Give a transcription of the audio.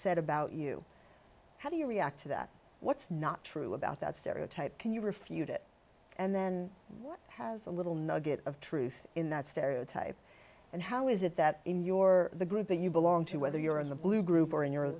said about you how do you react to that what's not true about that stereotype can you refute it and then what has a little nugget of truth in that stereotype and how is it that in your the group that you belong to whether you're in the blue group or in your